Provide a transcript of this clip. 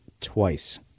twice